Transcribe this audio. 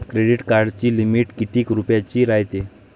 Credit कार्डाची limit कितीक रुपयाची रायते?